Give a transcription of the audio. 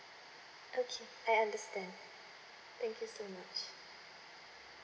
okay I understand thank you so much